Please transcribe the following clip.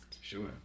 sure